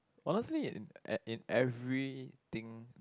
honestly in eh in everything